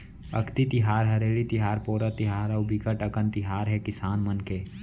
अक्ति तिहार, हरेली तिहार, पोरा तिहार अउ बिकट अकन तिहार हे किसान मन के